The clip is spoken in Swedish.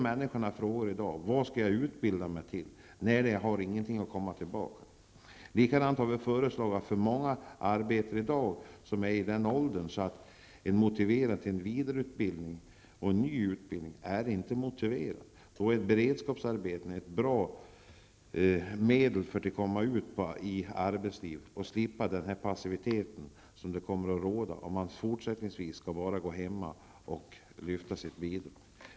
Människor undrar varför de skall utbilda sig när de ändå inte kan få ett arbete. Många människor är också i den åldern att de inte är motiverade för vidareutbildning eller ny utbildning. Beredskapsarbeten är ett bra sätt att få komma ut i arbetslivet och slippa den passivitet man hamnar i om man bara skall gå hemma och lyfta bidrag.